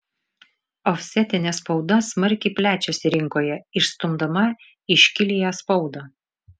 ofsetinė spauda smarkiai plečiasi rinkoje išstumdama iškiliąją spaudą